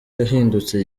yahindutse